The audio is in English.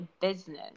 business